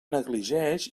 negligeix